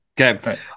Okay